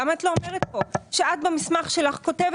למה את לא אומרת פה שבמסמך שלך את כותבת